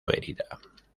herida